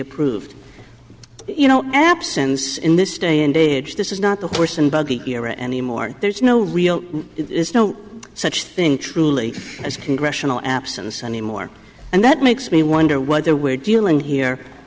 approved you know absence in this day and age this is not the horse and buggy era anymore there's no real is no such thing truly as congressional absence anymore and that makes me wonder whether we're dealing here